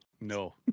No